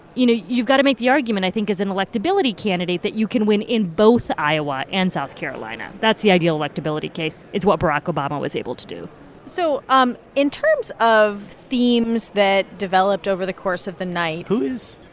you know, you've got to make the argument, i think, as an electability candidate that you can win in both iowa and south carolina. that's the ideal electability case. it's what barack obama was able to do so um in terms of themes that developed over the course of the night. who is